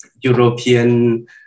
European